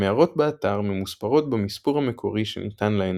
המערות באתר ממוספרות במיספור המקורי שניתן להן